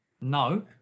No